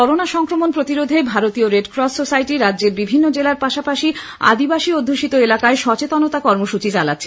corona সংক্রমণ প্রতিরোধে ভারতীয় রেড ক্রস সোসাইটি রাজ্যের বিভিন্ন জেলার পাশাপাশি আদিবাসী অধ্যষিত এলাকায় সচেতনতা কর্মসুচি চালাচ্ছে